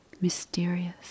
mysterious